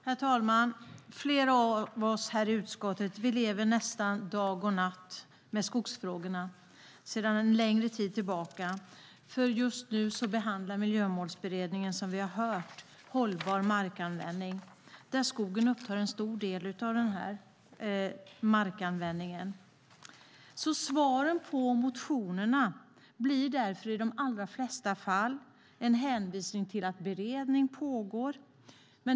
Herr talman! Flera av oss i utskottet lever sedan en längre tid nästan dag och natt med skogsfrågorna, för som vi hört behandlar Miljömålsberedningen för närvarande hållbar markanvändning, och skogen upptar en stor del av just markanvändningen. Svaret på motionerna blir därför i de allra flesta fall en hänvisning till att beredning pågår.